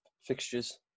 fixtures